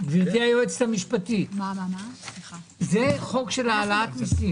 מה שזה הסטות של משרדים,